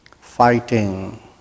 fighting